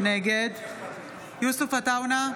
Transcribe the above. נגד יוסף עטאונה,